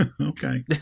Okay